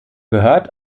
gehört